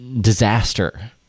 disaster